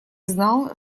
знал